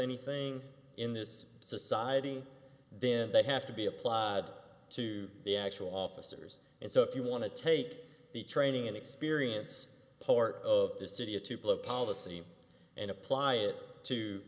anything in this society then they have to be applied to the actual officers and so if you want to take the training and experience part of the city a tuple of policy and apply it to